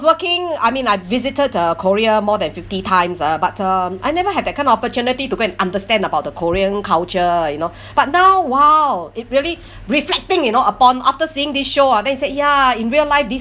working I mean I've visited uh korea more than fifty times ah but um I never had that kind of opportunity to go and understand about the korean culture you know but now !wow! it really reflect thing you know upon after seeing this show ah then they said ya in real life this